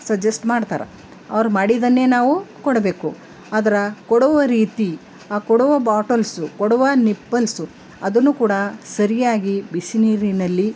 suggest ಮಾಡ್ತಾರೆ ಅವರು ಮಾಡಿದನ್ನೇ ನಾವು ಕೊಡಬೇಕು ಆದರೆ ಕೊಡುವ ರೀತಿ ಆ ಕೊಡುವ ಬ್ಯಾಟಲ್ಸು ಕೊಡುವ ನಿಪ್ಪಲ್ಸು ಅದನ್ನು ಕೂಡ ಸರಿಯಾಗಿ ಬಿಸಿ ನೀರಿನಲ್ಲಿ